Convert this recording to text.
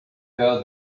her